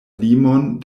limon